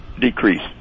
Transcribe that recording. decrease